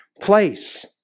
place